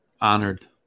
honored